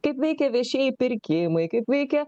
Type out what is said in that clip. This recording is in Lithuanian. kaip veikia viešieji pirkimai kaip veikia